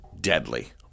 deadly